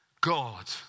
God